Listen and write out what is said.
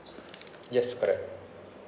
yes correct